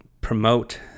promote